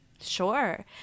sure